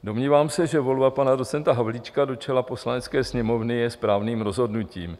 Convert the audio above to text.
Domnívám se, že volba pana docenta Havlíčka do čela Poslanecké sněmovny je správným rozhodnutím.